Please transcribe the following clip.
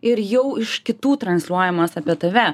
ir jau iš kitų transliuojamas apie tave